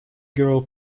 girl